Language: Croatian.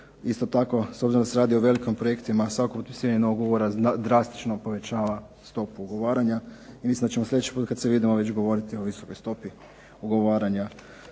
Isto tako, s obzirom da se radi o velikim projektima, svako potpisivanje novog ugovora drastično povećava stopu ugovaranja i mislim da ćemo sljedeći put kad se vidimo već govoriti o visokoj stopi ugovaranja.